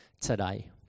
today